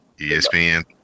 ESPN